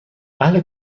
اهل